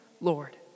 Lord